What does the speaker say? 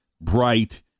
bright